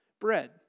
bread